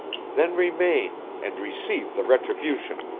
then remain and receive the retribution!